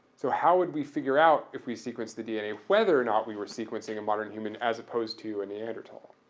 so how would we figure out if we sequence the dna, whether or not we were sequencing a modern human as opposed to a neanderthal?